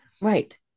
Right